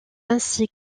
ainsi